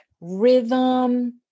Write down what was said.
rhythm